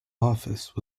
office